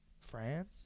france